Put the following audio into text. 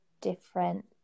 different